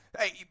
Hey